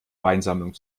weinsammlung